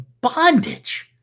Bondage